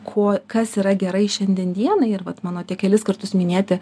kuo kas yra gerai šiandien dienai ir vat mano tie kelis kartus minėti